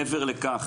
מעבר לכך